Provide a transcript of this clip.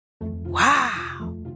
Wow